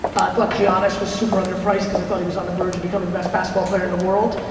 thought yeah ah giannis was super underpriced cause i thought he was on the verge of becoming the best basketball player in the world,